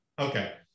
Okay